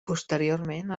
posteriorment